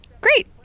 Great